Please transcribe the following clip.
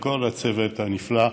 וכל הצוות הנפלא,